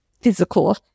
physical